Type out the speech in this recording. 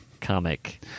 comic